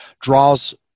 draws